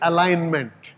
Alignment